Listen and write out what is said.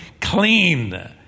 clean